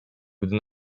gdy